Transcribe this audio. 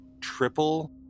triple